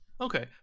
Okay